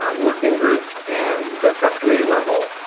working group and the subcommittee level.